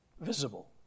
visible